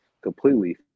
completely